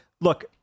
Look